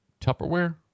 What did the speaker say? Tupperware